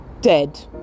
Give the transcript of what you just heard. dead